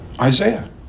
Isaiah